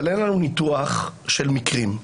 אבל אין לנו ניתוח של מקרים.